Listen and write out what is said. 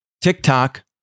TikTok